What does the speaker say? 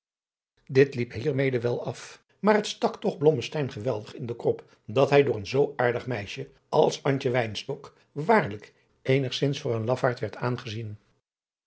dit liep hiermede wel af maar het stak toch blommesteyn geweldig in den krop dat hij door een zoo aardig meisje als antje wynstok waarlik eenigzins voor een lafaard werd aangezien